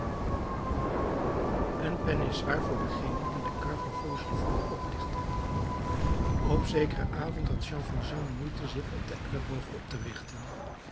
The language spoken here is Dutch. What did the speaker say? een pen is zwaar voor dengene die de kar van fauchelevent oplichtte op zekeren avond had jean valjean moeite zich op den elleboog op te richten